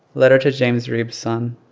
letter to james reeb's son.